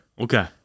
Okay